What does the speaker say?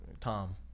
Tom